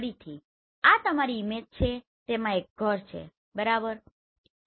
ફરીથી આ તમારી ઈમેજ છે તેમાં એક ઘર છે બરાબર ને